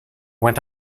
went